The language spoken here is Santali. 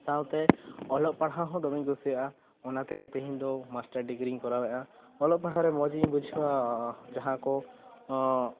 ᱥᱟᱶᱛᱮ ᱚᱞᱚᱜ ᱯᱟᱲᱦᱟᱜ ᱦᱚᱸ ᱫᱚᱢᱮᱠᱩᱥᱤᱭᱟᱜ ᱜᱮᱭᱟ ᱚᱱᱟᱛᱮᱜᱮ ᱛᱮᱦᱮᱧ ᱫᱚ ᱢᱟᱥᱴᱟᱨ ᱰᱤᱜᱽᱨᱤᱧ ᱠᱚᱨᱟᱣᱮᱫᱼᱟ ᱚᱞᱚᱜ ᱯᱟᱲᱦᱟᱜ ᱨᱮ ᱢᱚᱡᱽ ᱤᱧ ᱵᱩᱡᱷᱟᱹᱣᱟ ᱡᱟᱦᱟᱸ ᱠᱚ